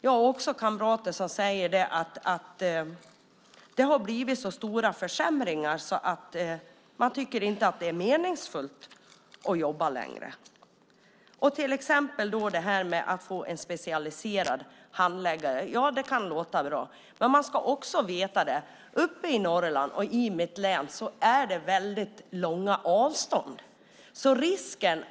Jag har också kamrater som säger att försämringarna blivit så kraftiga att de inte längre tycker det är meningsfullt att jobba. Att man ska få en specialiserad handläggare kan låta bra, men då ska man veta att i Norrland och i mitt hemlän är avstånden väldigt långa.